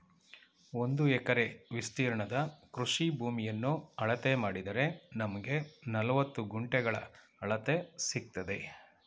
ಒಂದು ಎಕರೆ ವಿಸ್ತೀರ್ಣದ ಕೃಷಿ ಭೂಮಿಯನ್ನ ಅಳತೆ ಮಾಡಿದರೆ ನಮ್ಗೆ ನಲವತ್ತು ಗುಂಟೆಗಳ ಅಳತೆ ಸಿಕ್ತದೆ